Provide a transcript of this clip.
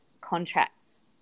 contracts